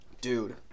Dude